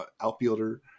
outfielder